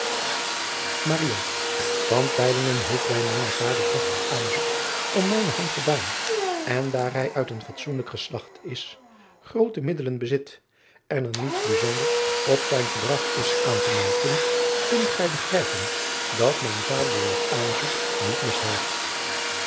heeft bij mijnen vader plegtig aanzoek om mijne hand gedaan en daar hij uit een fatsoenlijk geslacht is groote middelen bezit en er niets bijzonders op zijn gedrag is aan te merken kunt gij begrijpen dat mijn vader dat aanzoek niet